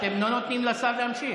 אתם לא נותנים לשר להמשיך.